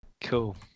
Cool